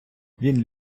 він